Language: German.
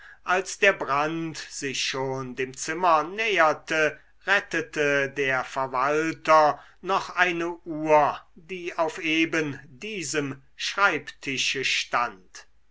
als der brand sich schon dem zimmer näherte rettete der verwalter noch eine uhr die auf eben diesem schreibtische stand